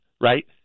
right